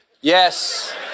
Yes